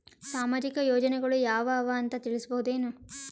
ಸಾಮಾಜಿಕ ಯೋಜನೆಗಳು ಯಾವ ಅವ ಅಂತ ತಿಳಸಬಹುದೇನು?